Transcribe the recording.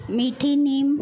मीठी नीम